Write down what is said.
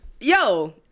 yo